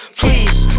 please